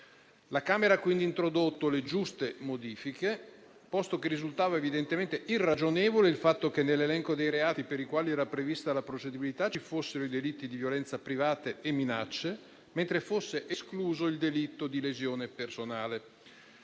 La Camera ha quindi introdotto le giuste modifiche, posto che risultava evidentemente irragionevole il fatto che nell'elenco dei reati per i quali era prevista la procedibilità ci fossero i delitti di violenza privata e minacce, mentre fosse escluso il delitto di lesione personale.